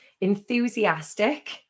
enthusiastic